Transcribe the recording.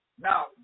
Now